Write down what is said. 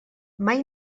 mai